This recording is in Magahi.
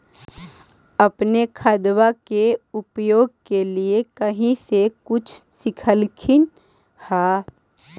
अपने खादबा के उपयोग के लीये कही से कुछ सिखलखिन हाँ?